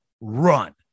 run